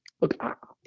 look